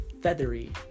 feathery